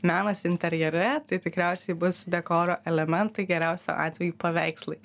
menas interjere tai tikriausiai bus dekoro elementai geriausiu atveju paveikslai